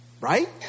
Right